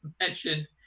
mentioned